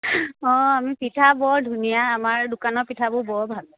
অঁ আমি পিঠা বৰ ধুনীয়া আমাৰ দোকানৰ পিঠাবোৰ বৰ ভাল